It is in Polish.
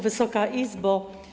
Wysoka Izbo!